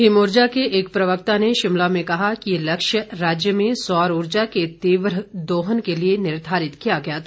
हिमउर्जा के एक प्रवक्ता ने शिमला में कहा कि ये लक्ष्य राज्य में सौर उर्जा के तीव्र दोहन के लिए निर्धारित किया गया था